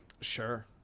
sure